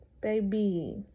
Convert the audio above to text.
Baby